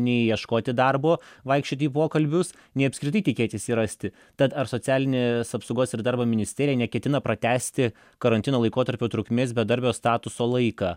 nei ieškoti darbo vaikščioti į pokalbius nei apskritai tikėtis jį rasti tad ar socialinės apsaugos ir darbo ministerija neketina pratęsti karantino laikotarpio trukmės bedarbio statuso laiką